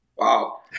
Wow